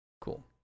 Cool